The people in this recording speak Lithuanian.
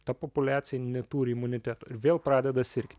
ta populiacija neturi imuniteto ir vėl pradeda sirgti